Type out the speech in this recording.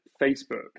facebook